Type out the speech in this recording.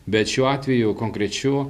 bet šiuo atveju konkrečiu